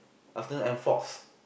afternoon and fogs